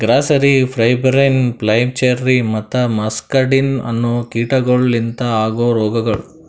grasserie, pebrine, flacherie ಮತ್ತ muscardine ಅನೋ ಕೀಟಗೊಳ್ ಲಿಂತ ಆಗೋ ರೋಗಗೊಳ್